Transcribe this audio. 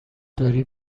داری